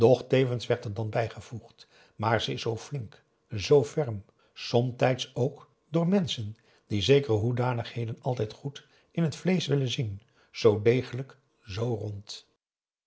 tevens werd er dan bijgevoegd maar ze is zoo flink zoo ferm somtijds ook door menschen die zekere hoedanigheden altijd goed in het vleesch willen zien zoo degelijk zoo rond